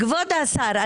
כבוד השר,